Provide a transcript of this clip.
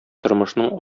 тормышның